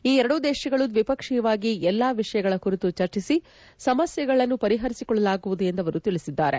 ಈ ಎರಡೂ ದೇಶಗಳು ದ್ವಿಪಕ್ಷೀಯವಾಗಿ ಎಲ್ಲ ವಿಷಯಗಳ ಕುರಿತು ಚರ್ಚಿಸಿ ಸಮಸ್ವೆಗಳನ್ನು ಪರಿಪರಿಸಿಕೊಳ್ಳಲಾಗುವುದು ಎಂದು ಅವರು ತಿಳಿಸಿದ್ದಾರೆ